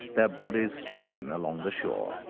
their bodies strewn along the shore.